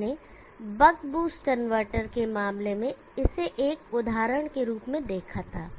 हमने buck boost converter के मामले में इसे एक उदाहरण के रूप में देखा था